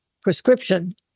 prescription